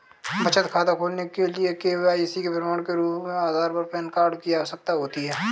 बचत खाता खोलने के लिए के.वाई.सी के प्रमाण के रूप में आधार और पैन कार्ड की आवश्यकता होती है